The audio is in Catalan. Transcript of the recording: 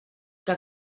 que